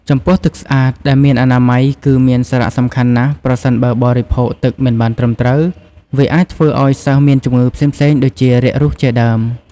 ចំពោះទឹកស្អាតដែលមានអនាម័យគឺមានសារៈសំខាន់ណាស់ប្រសិនបើបរិភោគទឹកមិនបានត្រឹមត្រូវ វាអាចធ្វើឲ្យសិស្សមានជម្ងឺផ្សេងៗដូចជា រាគរូសជាដើម។